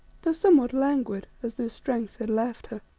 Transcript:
though somewhat languid, as though strength had left her.